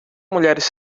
mulheres